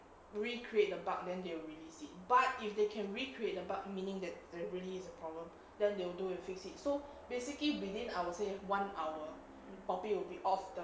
recreate the bug then they will release it but if they can recreate the bug meaning that there really is a problem then they will do and fix it so basically within I would say one hour poppy will be off the